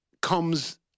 comes